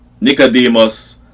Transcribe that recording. Nicodemus